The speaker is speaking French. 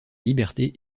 liberté